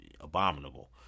abominable